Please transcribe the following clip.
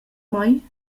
mei